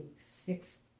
six